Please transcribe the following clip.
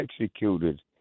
executed